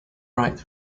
right